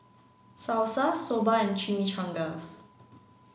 Salsa Soba and Chimichangas